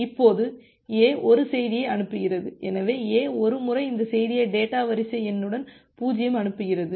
இப்போது A 1 செய்தியை அனுப்புகிறது எனவே A ஒரு முறை இந்த செய்தியை டேட்டா வரிசை எண்ணுடன் 0 அனுப்புகிறது